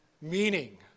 meaning